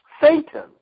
Satan